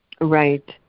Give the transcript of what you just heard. Right